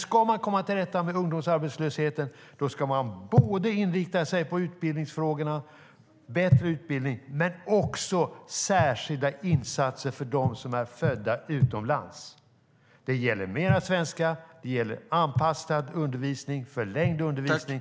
Ska man komma till rätta med ungdomsarbetslösheten ska man både inrikta sig på utbildningsfrågorna, bättre utbildning, och på särskilda insatser för dem som är födda utomlands. Det gäller mer svenska och det gäller anpassad och förlängd undervisning.